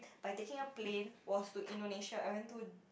by taking a plane was to Indonesia I went to